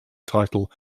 title